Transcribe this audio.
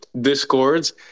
Discords